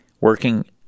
working